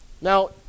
Now